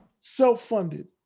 Self-funded